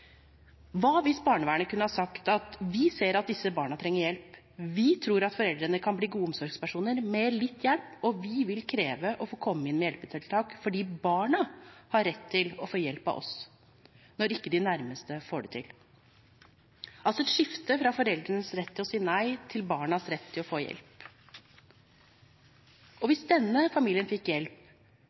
Hva hvis barnevernet kunne ha sagt at vi ser at disse barna trenger hjelp? Vi tror at foreldrene kan bli gode omsorgspersoner, med litt hjelp, og vi vil kreve å få komme inn med hjelpetiltak, fordi barna har rett til å få hjelp av oss når ikke de nærmeste får det til – altså et skifte fra foreldrenes rett til å si nei til barnas rett til å få hjelp. Hvis denne familien fikk hjelp,